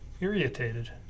irritated